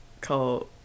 called